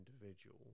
individual